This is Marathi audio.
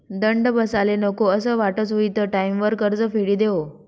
दंड बसाले नको असं वाटस हुयी त टाईमवर कर्ज फेडी देवो